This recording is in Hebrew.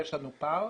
יש לנו פער.